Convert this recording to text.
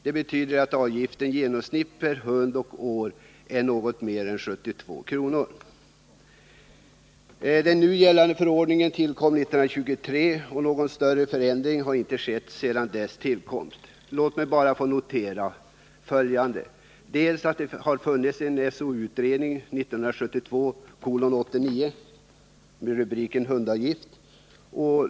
Det betyder att avgiften i genomsnitt per hund = att undvika felakoch år är något mer än 72 kr. tiga besked om Den nu gällande förordningen om hundskatt tillkom 1923, och någon kvarskatt större förändring har inte skett sedan dess tillkomst. Låt mig bara få notera att det har gjorts en utredning, SOU 1972:89 med rubriken Hundavgift.